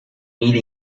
mil